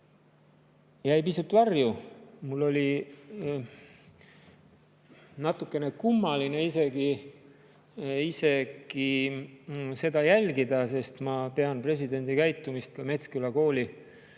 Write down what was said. pisut varju. Mul oli isegi natukene kummaline seda jälgida, sest ma pean presidendi käitumist ka Metsküla kooli